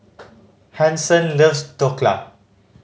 Hanson loves Dhokla